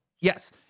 Yes